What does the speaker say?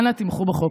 אנא תמכו בחוק.